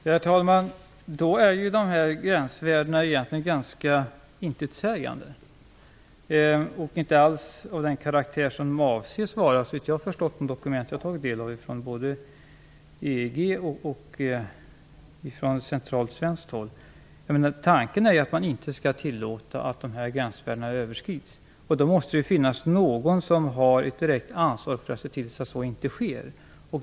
Herr talman! Då är ju de här gränsvärdena ganska intetsägande och inte alls av den karaktär som de avses vara, såvitt jag förstått av de dokument jag har tagit del av från både EG och centralt svenskt håll. Tanken är att man inte skall tillåta att gränsvärdena överskrids. Det måste finnas någon som har ett direkt ansvar för att se till att så inte sker.